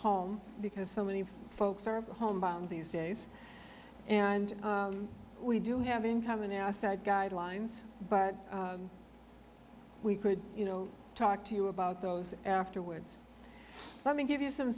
home because so many folks are homebound these days and we do have in common outside guidelines but we could you know talk to you about those afterwards let me give you some